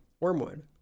Wormwood